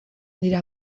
dira